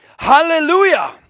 hallelujah